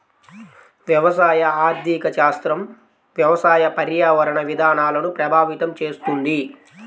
వ్యవసాయ ఆర్థిక శాస్త్రం వ్యవసాయ, పర్యావరణ విధానాలను ప్రభావితం చేస్తుంది